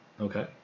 Okay